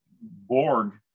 Borg